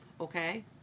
okay